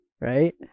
right